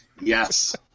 Yes